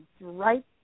right